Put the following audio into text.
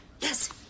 yes